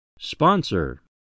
Sponsor